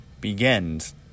begins